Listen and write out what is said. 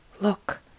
Look